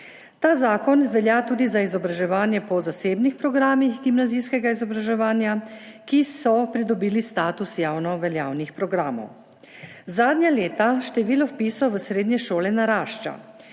Ta zakon velja tudi za izobraževanje po zasebnih programih gimnazijskega izobraževanja, ki so pridobili status javnoveljavnih programov. Zadnja leta število vpisov v srednje šole narašča.